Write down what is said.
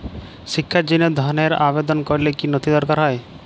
শিক্ষার জন্য ধনের আবেদন করলে কী নথি দরকার হয়?